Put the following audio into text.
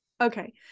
Okay